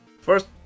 First